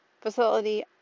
facility